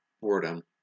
boredom